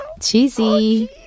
Cheesy